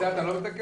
את זה אתה לא מתקן?